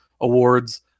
awards